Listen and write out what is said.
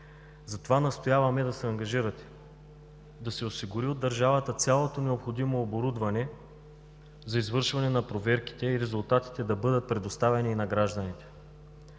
говорим. Настояваме да се ангажирате да се осигури от държавата цялото необходимо оборудване за извършване на проверките и резултатите да бъдат предоставени на гражданите;